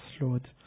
Lord